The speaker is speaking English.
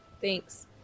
thanks